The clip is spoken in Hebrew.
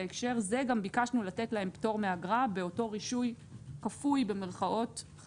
בהקשר זה גם ביקשנו לתת להם פטור מאגרה באותו רישוי כפוי חדש.